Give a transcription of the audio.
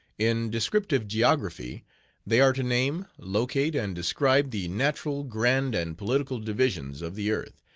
in descriptive geography they are to name, locate, and describe the natural grand and political divisions of the earth,